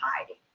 hiding